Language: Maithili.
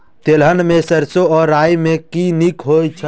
तेलहन मे सैरसो आ राई मे केँ नीक होइ छै?